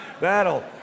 That'll